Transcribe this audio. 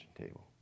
table